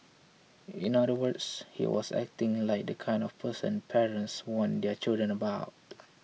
in other words he was acting like the kind of person parents warn their children about